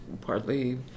partly